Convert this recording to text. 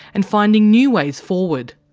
and finding new ways forward.